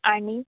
आणि